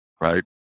right